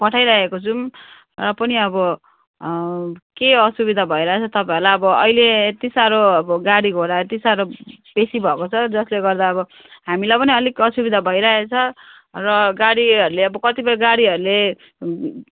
पठाइरहेको छौँ र पनि अब केही असुविधा भइरहेको छ तपाईँहरूलाई अब अहिले यति साह्रो अब गाडीघोडा यति साह्रो बेसी भएको छ जसले गर्दा अब हामीलाई पनि अलिक असुविधा भइरहेको छ र गाडीहरूले अब कतिपय गाडीहरूले